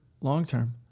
long-term